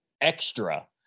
extra